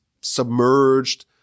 submerged